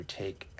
take